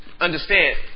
understand